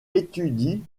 étudie